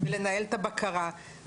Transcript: ולנהל את הבקרה.